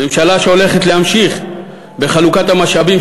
ממשלה שהולכת להמשיך בחלוקת המשאבים